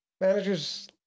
managers